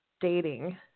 dating